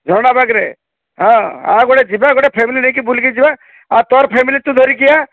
ଝରଣା ପାଖାରେ ହଁ ଆଉ ଗୋଟେ ଯିବା ଫ୍ୟାମିଲି ନେଇକି ବୁଲିକି ଯିବା ତୋର ଫ୍ୟାମିଲି ତୁ ଧରିକି ଆ